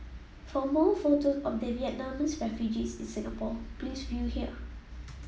for more photos of the Vietnamese refugees in Singapore please view here